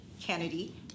Kennedy